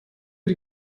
die